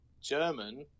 german